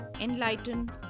enlighten